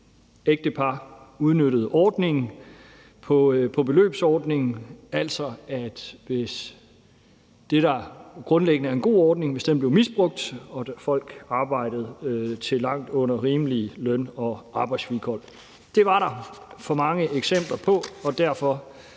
ægtepar har udnyttet ordningen, beløbsordningen, altså det er uacceptabelt, hvis det, der grundlæggende er en god ordning, bliver misbrugt og folk arbejder til langt under rimelige løn- og arbejdsvilkår. Det var der for mange eksempler på, og derfor